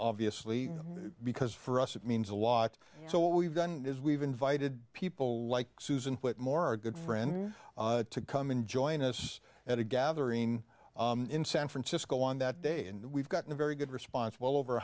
obviously because for us it means a lot so what we've done is we've invited people like susan whitmore our good friend to come and join us at a gathering in san francisco on that day and we've gotten a very good response well over